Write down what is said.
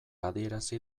adierazi